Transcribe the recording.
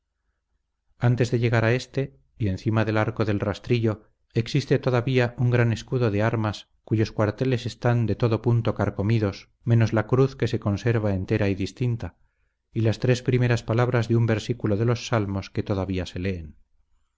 antes de llegar a éste y encima del arco del rastrillo existe todavía un gran escudo de armas cuyos cuarteles están de todo punto carcomidos menos la cruz que se conserva entera y distinta y las tres primeras palabras de un versículo de los salmos que todavía se leen